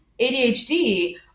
ADHD